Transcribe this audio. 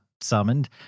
summoned